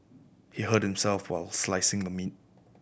he hurt himself while slicing the meat